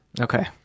Okay